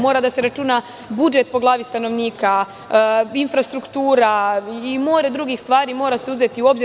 Mora da se računa budžet po glavi stanovnika, infrastruktura i more drugih stvari se moraju uzeti u obzir.